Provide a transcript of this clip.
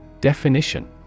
Definition